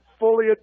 Fully